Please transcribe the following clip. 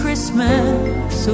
Christmas